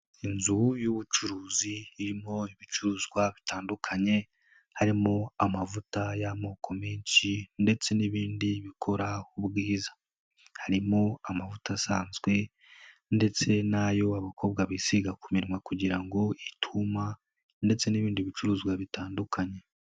Inzu y'ubucuruzi irimo ibicuruzwa bitandukanye, harimo amavuta y'amoko menshi ndetse n'ibindi bikora ubwiza. Harimo amavuta asanzwe ndetse n'ayo abakobwa bisiga ku minwa kugira ngo ituma ndetse n'ibindi bicuruzwa bitandukanye.